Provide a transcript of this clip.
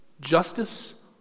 Justice